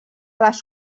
les